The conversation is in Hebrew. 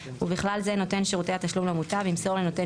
ובכלל זה נותן שירותי התשלום למוטב ימסור לנותן